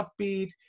upbeat